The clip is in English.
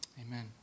Amen